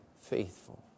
Faithful